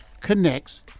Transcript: connects